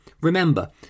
Remember